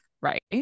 right